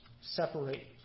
separate